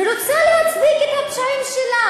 של המדינה שלנו.